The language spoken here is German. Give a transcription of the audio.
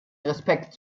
respekt